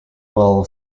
will